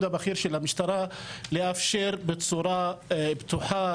הבכיר של המשטרה לאפשר בצורה בטוחה,